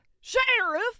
Sheriff